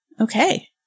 Okay